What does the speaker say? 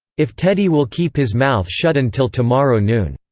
if teddy will keep his mouth shut until tomorrow noon!